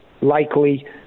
likely